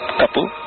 couple